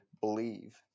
believe